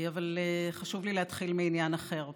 אבל חשוב לי להתחיל בעניין אחר.